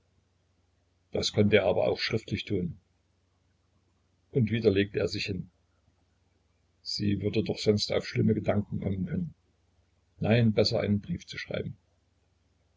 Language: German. das konnte er aber auch schriftlich tun und wieder legte er sich hin sie würde doch sonst auf schlimme gedanken kommen können nein besser einen brief schreiben